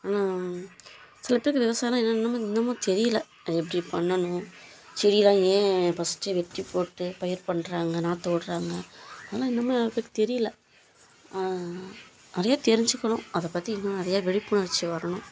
ஆனால் சில பேர்த்துக்கு விவசாயம்னால் என்ன இன்னமும் இன்னமும் தெரியல அது எப்படி பண்ணணும் செடியெல்லாம் ஏன் ஃபஸ்ட்டு வெட்டி போட்டு பயிர் பண்ணுறாங்க நாற்று விட்றாங்க ஆனால் இன்னமும் யாருக்கும் தெரியல நிறையா தெரிஞ்சிக்கணும் அதை பற்றி இன்னமும் நிறைய விழிப்புணர்ச்சி வரணும்